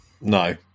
no